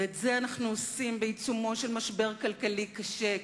ואת זה אנחנו עושים בעיצומו של משבר כלכלי קשה,